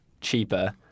cheaper